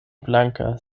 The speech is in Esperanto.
blanka